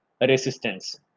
resistance